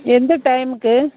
எந்த டைமுக்கு